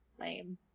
lame